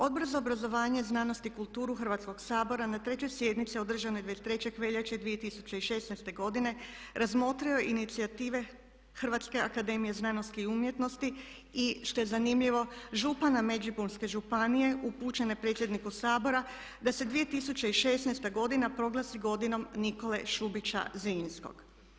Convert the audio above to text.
Odbor za obrazovanje, znanost i kulturu Hrvatskog sabora na trećoj sjednici održanoj 23. veljače 2016. godine razmotrio je inicijative Hrvatske akademije znanosti i umjetnosti i što je zanimljivo župana Međimurske županije upućene predsjedniku Sabora da se 2016. godina proglasi godinom Nikole Šubića Zrinskog.